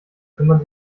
kümmern